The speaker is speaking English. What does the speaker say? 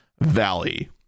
Valley